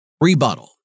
Rebuttal